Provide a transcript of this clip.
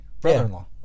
Brother-in-law